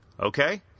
okay